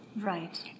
Right